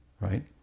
Right